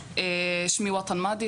שמי וטן מאדי,